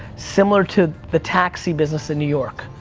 similar to the taxi business in new york.